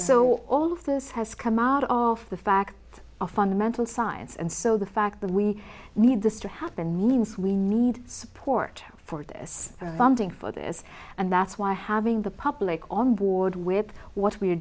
so all of this has come out of the fact of fundamental science and so the fact that we need this to happen means we need support for this funding for this and that's why having the public on board with what we